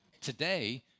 today